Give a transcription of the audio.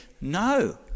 no